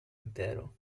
intero